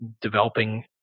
developing